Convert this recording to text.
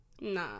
Nah